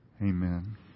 Amen